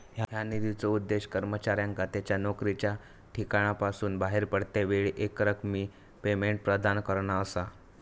ह्या निधीचो उद्देश कर्मचाऱ्यांका त्यांच्या नोकरीच्या ठिकाणासून बाहेर पडतेवेळी एकरकमी पेमेंट प्रदान करणा असा